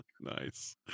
Nice